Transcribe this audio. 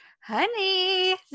honey